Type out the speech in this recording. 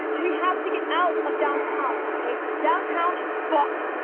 we have to get out of downtown. okay? downtown is fucked.